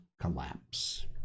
collapse